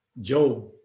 Job